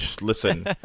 listen